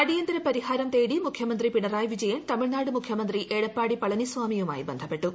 അടിയന്തര പരിഹാരം തേടി മുഖ്യമന്ത്രി പിണറായി വ്ിജയൻ തമിഴ്നാട് മുഖ്യമന്ത്രി എടപ്പാടി പളനിസ്വാമിയുമായി ബന്ധപ്പെട്ടു